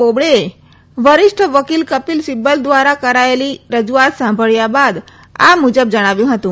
બોબડેએ વરિષ્ઠ વકીલ કપિલ સિબ્બલ દ્વારા કરાચેલી રજૂઆત સાંભળ્યા બાદ આ મુજબ જણાવ્યું હતું